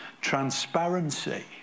Transparency